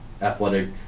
athletic